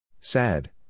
Sad